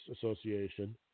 association